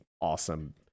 awesome